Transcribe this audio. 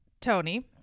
Tony